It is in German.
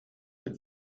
mit